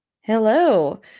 hello